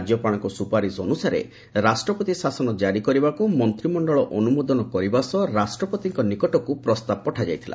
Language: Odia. ରାଜ୍ୟପାଳଙ୍କ ସୁପାରିଶ ଅନୁସାରେ ରାଷ୍ଟ୍ରପତି ଶାସନ ଜାରି କରିବାକୁ ମନ୍ତ୍ରିମଣ୍ଡଳ ଅନୁମୋଦନ କରିବା ସହ ରାଷ୍ଟ୍ରପତିଙ୍କ ନିକଟକୁ ପ୍ରସ୍ତାବ ପଠାଯାଇଥିଲା